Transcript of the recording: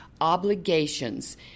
obligations